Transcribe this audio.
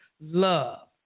love